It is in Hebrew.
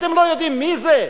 אתם לא יודעים מי זה?